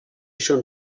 schon